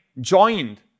joined